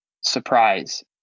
surprise